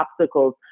obstacles